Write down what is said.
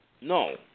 No